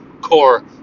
core